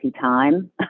time